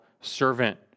servant